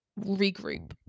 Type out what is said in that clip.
regroup